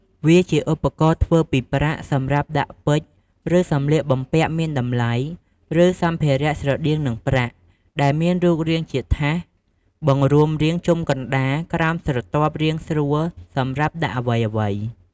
វាជាឧបករណ៍ធ្វើពីប្រាក់ សម្រាប់ដាក់ពេជ្រឬសំលៀកបំពាក់មានតម្លៃឬសម្ភារៈស្រដៀងនឹងប្រាក់ ដែលមានរូបរាងជាថាសបង្រួមរាងជុំកណ្តាលក្រោមស្រទាប់រាងស្រួលសម្រាប់ដាក់អ្វីៗ។